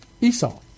Esau